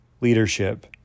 leadership